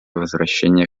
возвращение